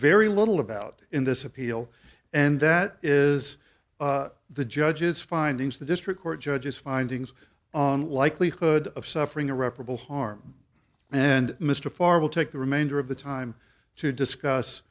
very little about in this appeal and that is the judge's findings the district court judge's findings on likelihood of suffering irreparable harm then mr farrer will take the remainder of the time to discuss